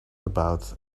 about